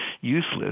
useless